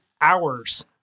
hours